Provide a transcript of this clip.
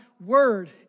word